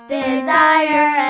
desire